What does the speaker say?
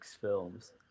films